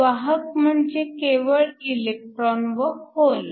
वाहक म्हणजे केवळ इलेक्ट्रॉन व होल